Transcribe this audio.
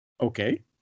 okay